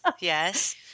yes